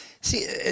See